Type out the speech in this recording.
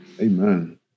Amen